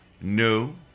no